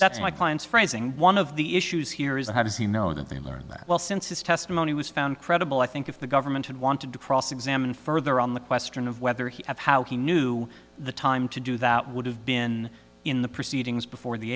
that's my client's phrasing one of the issues here is how does he know that they learned that well since his testimony was found credible i think if the government had wanted to cross examine further on the question of whether he had how he knew the time to do that would have been in the proceedings before the